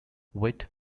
wirt